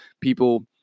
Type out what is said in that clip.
people